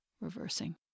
reversing